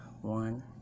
One